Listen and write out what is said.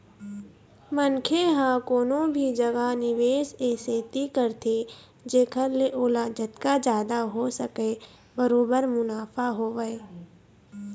मनखे ह कोनो भी जघा निवेस ए सेती करथे जेखर ले ओला जतका जादा हो सकय बरोबर मुनाफा होवय